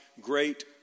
great